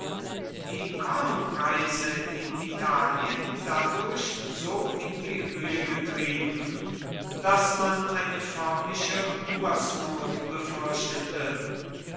die kornpreise in italien dadurch so in die höhe getrieben daß man eine förmliche hungersnot befürchtete